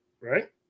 right